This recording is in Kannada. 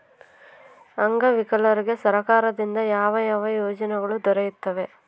ಅಂಗವಿಕಲರಿಗೆ ಸರ್ಕಾರದಿಂದ ಯಾವ ಯಾವ ಯೋಜನೆಗಳು ದೊರೆಯುತ್ತವೆ?